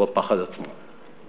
הוא הפחד עצמו.